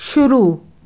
शुरू